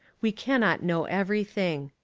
we cannot know everything.